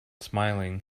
smiling